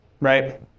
right